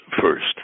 first